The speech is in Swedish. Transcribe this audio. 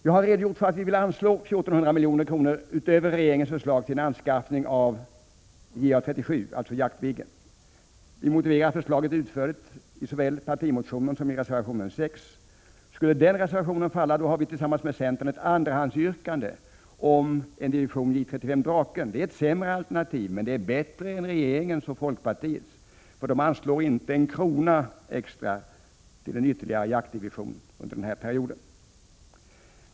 Jag har redogjort för att vi vill anslå 1 400 milj.kr. utöver regeringens förslag till en anskaffning av en division JA 37, dvs. Jaktviggen. Vi motiverar förslaget utförligt i såväl partimotionen som i reservation 6. Skulle denna reservation falla har vi tillsammans med centern ett andrahandsyrkande om en division J 35 Draken. Det är ett sämre alternativ, men det är bättre än regeringens och folkpartiets förslag som inte ger en krona extra till en ytterligare jaktdivision under denna period.